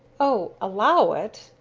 o allow it?